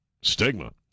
stigma